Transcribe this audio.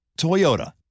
Toyota